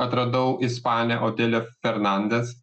atradau ispanę otele fernandes